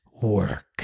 work